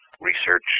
research